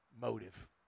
motive